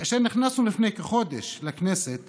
כאשר נכנסנו לפני כחודש לכנסת